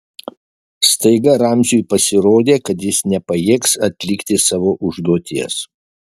staiga ramziui pasirodė kad jis nepajėgs atlikti savo užduoties